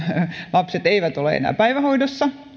lapset eivät ole enää päivähoidossa